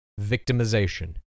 Victimization